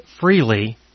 freely